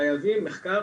חייבים מחקר,